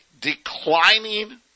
declining